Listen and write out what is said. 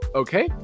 okay